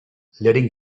letting